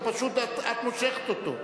את פשוט מושכת אותו.